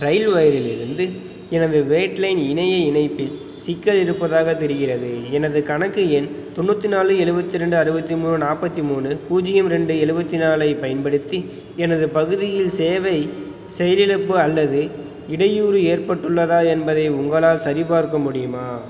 ரயில் ஒயரிலிருந்து எனது வேட்லைன் இணைய இணைப்பில் சிக்கல் இருப்பதாக தெரிகிறது எனது கணக்கு எண் தொண்ணூற்றி நாலு எழுவத்தி ரெண்டு அறுபத்தி மூணு நாற்பத்தி மூணு பூஜ்ஜியம் ரெண்ட எழுவத்தி நாலைப் பயன்படுத்தி எனது பகுதியில் சேவை செயலிழப்பு அல்லது இடையூறு ஏற்பட்டுள்ளதா என்பதை உங்களால் சரிபார்க்க முடியுமா